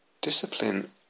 Discipline